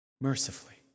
mercifully